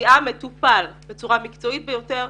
לתביעה מטופל בצורה מקצועית ביותר.